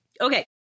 Okay